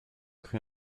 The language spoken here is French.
crut